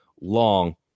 long